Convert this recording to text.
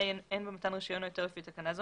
אין במתן רישיון או היתר לפי תקנה זו